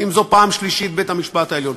אם פעם שלישית בית-המשפט העליון,